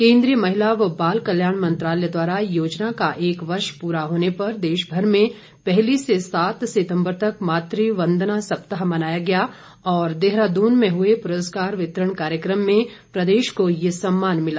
केन्द्रीय महिला व बाल कल्याण मंत्रालय द्वारा योजना का एक वर्ष पूरा होने पर देशभर में पहली से सात सितम्बर तक मातू वंदना सप्ताह मनाया गया और देहरादून में हुए पुरस्कार वितरण कार्यक्रम में प्रदेश को ये सम्मान मिला